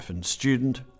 student